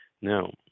Now